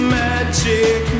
magic